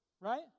right